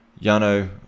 Yano